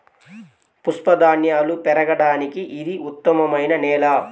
పప్పుధాన్యాలు పెరగడానికి ఇది ఉత్తమమైన నేల